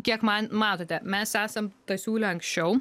kiek man matote mes esam pasiūlę anksčiau